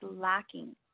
lacking